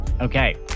okay